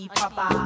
papa